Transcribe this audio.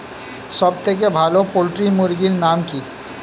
সবথেকে ভালো পোল্ট্রি মুরগির নাম কি?